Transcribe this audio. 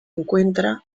encuentra